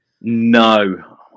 No